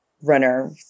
runner